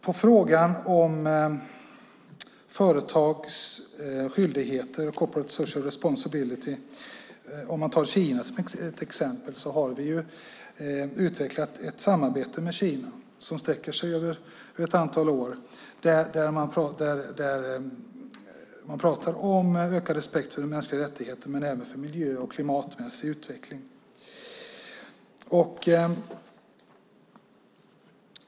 När det gäller företags skyldigheter och corporate social responsibility vill jag säga att vi har utvecklat ett samarbete med Kina som sträcker sig över ett antal år. Man pratar om ökad respekt för mänskliga rättigheter, men även för miljö och klimatmässig utveckling.